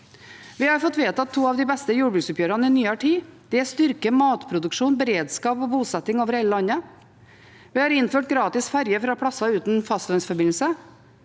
Vi har fått vedtatt to av de beste jordbruksoppgjørene i nyere tid. Det styrker matproduksjon, beredskap og bosetting over hele landet. Vi har innført gratis ferje fra plasser uten fastlandsforbindelse